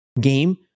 game